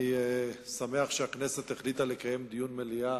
אני שמח שהכנסת החליטה לקיים דיון מליאה